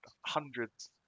hundreds